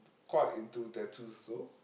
quite into tattoos also